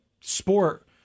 sport